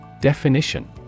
Definition